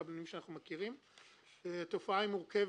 אנחנו לא נניח לבעלי הקרקע,